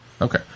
Okay